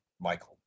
Michael